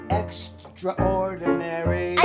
extraordinary